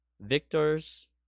victors